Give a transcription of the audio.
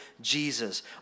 Jesus